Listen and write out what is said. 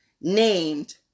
named